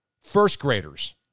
First-graders